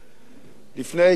לפני כ-20 שנה,